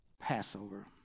Passover